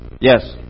Yes